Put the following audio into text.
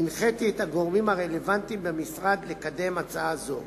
הנחיתי את הגורמים הרלוונטיים במשרד לקדם הצעה זו.